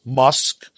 musk